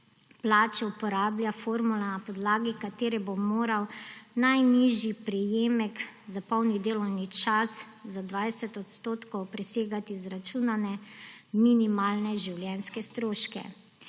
plače uporablja formula, na podlagi katere bo moral najnižji prejemek za polni delovni čas za 20 % presegati izračunane minimalne življenjske stroške.